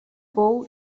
pou